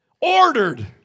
ordered